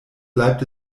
bleibt